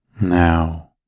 Now